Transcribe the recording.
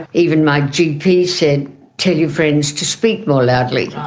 even my gp said tell your friends to speak more loudly.